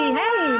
hey